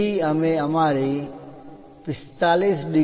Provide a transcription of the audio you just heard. તેથી અમે અમારી 45